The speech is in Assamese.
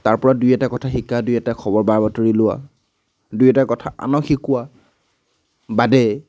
তাৰপৰা দুই এটা কথা শিকা দুই এটা খবৰ বা বাতৰি লোৱা দুই এটা কথা আনক শিকোৱা বাদে